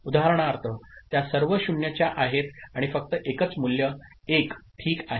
उदाहरणार्थ त्या सर्व 0 च्या आहेत आणि फक्त एकच मूल्य 1 ठीक आहे